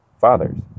fathers